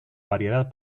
variedad